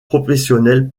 professionnel